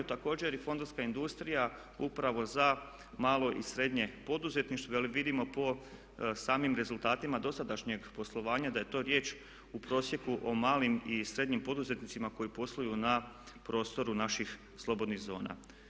Također i fondovska industrija upravo za malo i srednje poduzetništvo jer vidimo po samim rezultatima dosadašnjeg poslovanja da je to riječ u prosjeku o malim i srednjim poduzetnicima koji posluju na prostoru naših slobodnih zona.